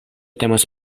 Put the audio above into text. temas